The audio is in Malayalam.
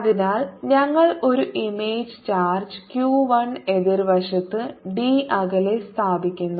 അതിനാൽ ഞങ്ങൾ ഒരു ഇമേജ് ചാർജ് q 1 എതിർവശത്ത് d അകലെ സ്ഥാപിക്കുന്നു